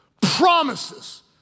promises